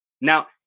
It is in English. now